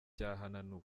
byahananuwe